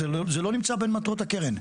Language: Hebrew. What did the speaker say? זה לא נמצא בין מטרות הקרן,